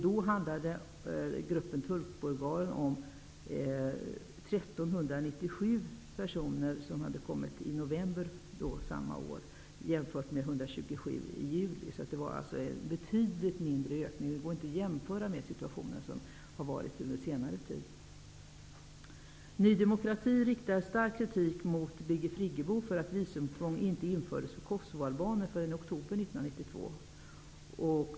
Då handlade det om 1 397 turkbulgarer som hade kommit i november samma år -- att jämföra med 127 i juli. Ökningen var alltså betydligt mindre. Detta kan inte jämföras med situationen under senare tid. Ny demokrati riktar stark kritik mot Birgit Friggebo för att visumtvång inte infördes för kosovoalbaner förrän i oktober 1992.